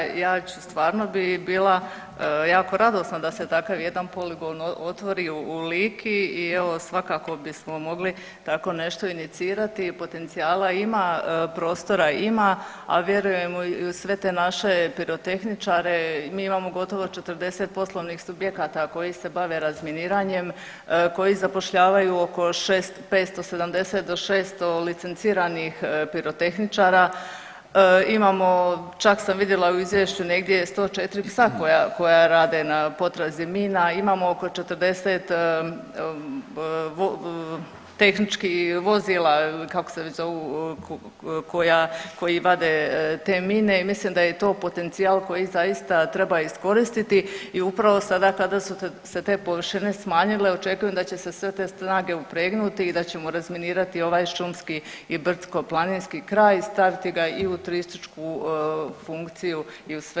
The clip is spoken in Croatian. Kolega ja ću stvarno bi bila jako radosna da se takav jedan poligon otvori u Liki i evo svakako bismo mogli tako nešto inicirati i potencijala ima, prostora ima, a vjerujemo i u sve te naše pirotehničare mi imamo gotovo 40 poslovnih subjekata koji se bave razminiranjem, koji zapošljavaju oko 570 do 600 licenciranih pirotehničara, imamo čak sam vidjeli u izvješću negdje 104 psa koja rade na potrazi mina, imamo oko 40 tehničkih vozila ili kako se već zovu koji vade te mine i mislim da je to potencijal koji zaista treba iskoristiti i upravo sada kada su se te površine smanjile očekujem da će se sve te snage upregnuti i ćemo razminirati ovaj šumski i brdsko-planinski kraj i staviti ga i u turističku funkciju i u sve ostale potrebne funkcije.